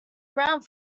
around